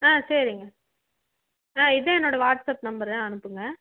ஆ சரிங்க ஆ இதுதான் என்னோடய வாட்ஸ்அப் நம்பரு அனுப்புங்கள்